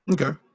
okay